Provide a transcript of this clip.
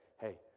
Hey